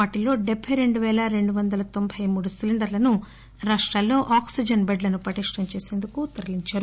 వాటిల్లో డెబ్బై రెండు పేల రెండు వందల తొంబై మూడు సిలెండర్లను రాష్టాల్లో ఆక్సిజన్ బెడ్లను పటిష్లం చేసేందుకు తరలించారు